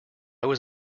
was